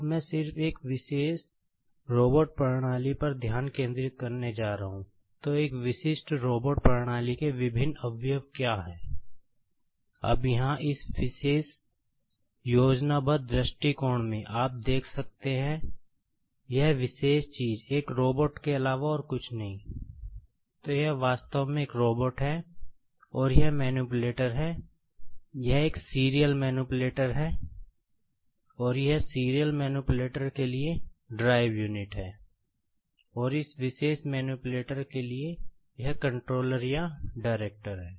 अब मैं सिर्फ एक विशेष रोबोट के लिए यह कंट्रोलर या डायरेक्टर है